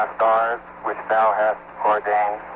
um which thou hast ordained,